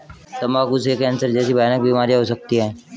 तंबाकू से कैंसर जैसी भयानक बीमारियां हो सकती है